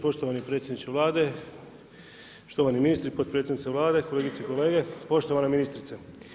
Poštovani predsjedniče Vlade, štovani ministri, potpredsjednici Vlade, kolegice i kolege, poštovana ministrice.